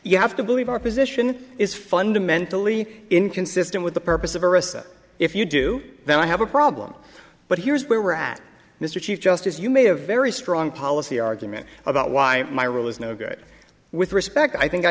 you have to believe our position is fundamentally inconsistent with the purpose of if you do that i have a problem but here's where we're at mr chief justice you made a very strong policy argument about why my rule is no good with respect i think i